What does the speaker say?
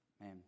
man